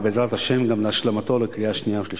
ובעזרת השם גם להשלמתו לקריאה שנייה ושלישית.